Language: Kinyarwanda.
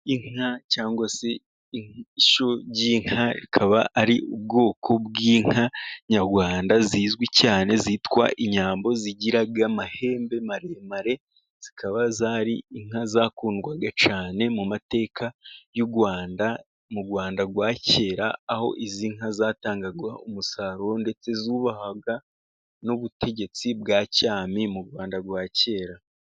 Inka cyangwa se ishyo ry'inka, ikaba ari ubwoko bw'inka nyarwanda zizwi cyane zitwa inyambo. Zigira amahembe maremare zikaba zari inka zakundwaga cyane mu mateka y'u Rwanda. Mu Rwanda rwa kera aho izi nka zatangaga umusaruro ndetse zubahaga n'ubutegetsi bwa cyami mu Rwanda rwa kera.